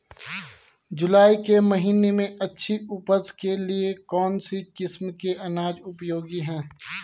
जुलाई के महीने में अच्छी उपज के लिए कौन सी किस्म के अनाज उपयोगी हैं?